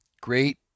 great